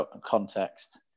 context